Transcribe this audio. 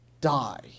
die